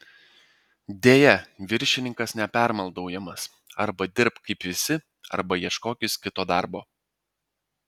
deja viršininkas nepermaldaujamas arba dirbk kaip visi arba ieškokis kito darbo